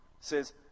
says